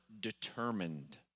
determined